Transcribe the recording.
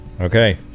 Okay